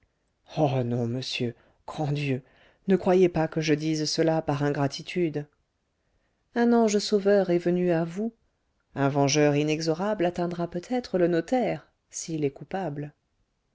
oh non monsieur grand dieu ne croyez pas que je dise cela par ingratitude un ange sauveur est venu à vous un vengeur inexorable atteindra peut-être le notaire s'il est coupable